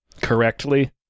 correctly